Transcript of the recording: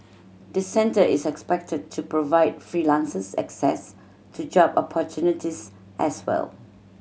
the centre is expected to provide freelancers access to job opportunities as well